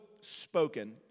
spoken